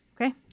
Okay